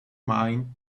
mind